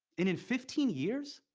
in in fifteen years,